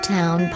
Town